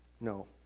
No